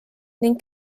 ning